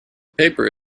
paper